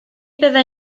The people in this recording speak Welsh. byddai